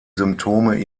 symptome